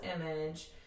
image